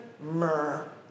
myrrh